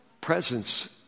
presence